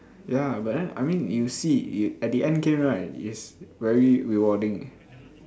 ya but then I mean you see at the end game right is very rewarding